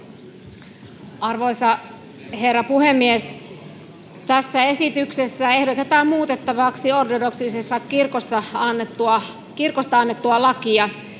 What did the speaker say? Arvoisa herra puhemies! Tässä esityksessä ehdotetaan muutettavaksi ortodoksisesta kirkosta annettua lakia.